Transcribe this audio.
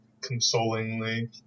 consolingly